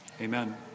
Amen